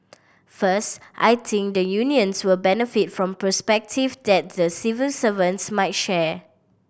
first I think the unions will benefit from perspective that the civil servants might share